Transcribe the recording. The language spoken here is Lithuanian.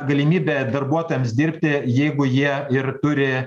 galimybė darbuotojams dirbti jeigu jie ir turi